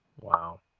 Wow